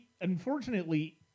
Unfortunately